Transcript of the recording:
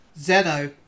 Zeno